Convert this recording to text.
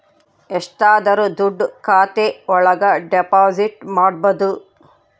ಎಷ್ಟಾದರೂ ದುಡ್ಡು ಖಾತೆ ಒಳಗ ಡೆಪಾಸಿಟ್ ಮಾಡ್ಬೋದು